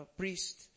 priest